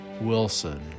Wilson